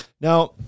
Now